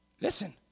listen